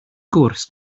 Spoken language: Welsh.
gwrs